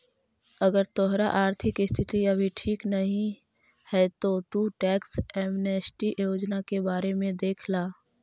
अगर तोहार आर्थिक स्थिति अभी ठीक नहीं है तो तु टैक्स एमनेस्टी योजना के बारे में देख ला